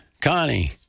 Connie